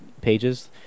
pages